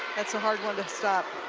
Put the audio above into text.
that's a hard one to stop.